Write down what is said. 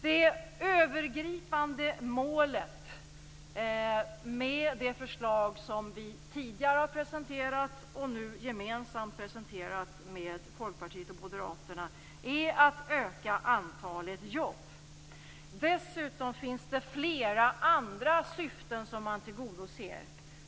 Det övergripande målet med det förslag som vi tidigare har presenterat och nu gemensamt presenterar med Folkpartiet och Moderaterna är att öka antalet jobb. Dessutom finns det flera andra syften som man tillgodoser.